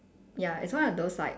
ya it's one of those like